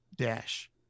Dash